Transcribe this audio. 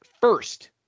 first